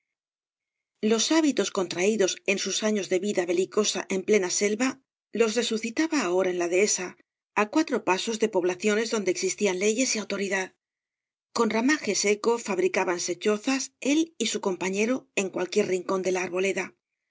los hábitos contraídos en sus años de vida belicosa en plena selva los resucitaba ahora en la dehesa á cuatro pasos de poblaciones donde existían le es y autoridad con ramaje seco fabricábanse chozas él y su compañero en cualquier rincón de la arboleda